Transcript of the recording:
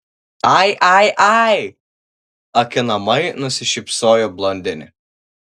ai ai ai akinamai nusišypsojo blondinė